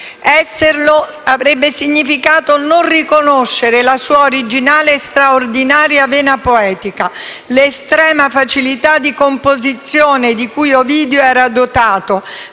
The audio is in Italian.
esserlo avrebbe significato non riconoscere la sua originale e straordinaria vena poetica. L'estrema facilità di composizione di cui Ovidio era dotato